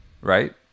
right